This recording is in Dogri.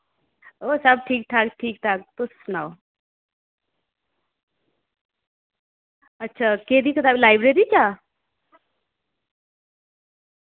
ओह् सब ठीक ठाक ठीक ठाक तुस सनाओ अच्छा केह्दी कताब लाईब्रेरी चा